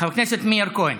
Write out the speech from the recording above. תודה, אדוני היושב-ראש.